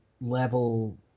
level